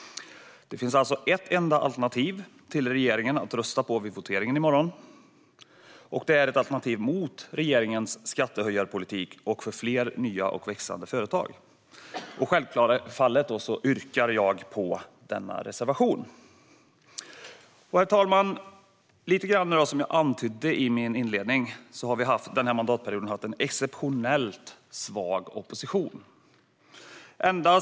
Det finns alltså ett enda alternativ till regeringens förslag att rösta på vid voteringen i morgon, och det är ett alternativ mot regeringens skattehöjarpolitik och för fler nya och växande företag. Självfallet yrkar jag bifall till denna reservation. Herr talman! Som jag antydde lite grann i min inledning har vi under denna mandatperiod haft en exceptionellt svag opposition.